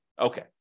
Okay